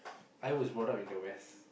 I was brought up in the west